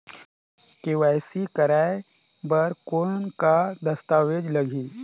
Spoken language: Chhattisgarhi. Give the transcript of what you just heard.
के.वाई.सी कराय बर कौन का दस्तावेज लगही?